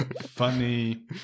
funny